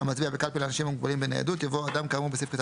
המצביע בקלפי לאנשים המוגבלים בניידות" יבוא "אדם כאמור בסעיף קטן